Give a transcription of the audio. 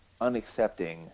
unaccepting